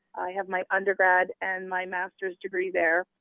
had my undergrad and my master's degree there.